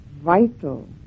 vital